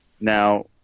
now